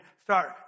start